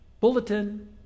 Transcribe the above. bulletin